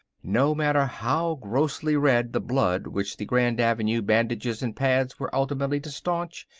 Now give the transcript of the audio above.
no matter how grossly red the blood which the grand avenue bandages and pads were ultimately to stanch,